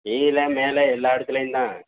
கீழே மேலே எல்லா இடத்துலையும் தான்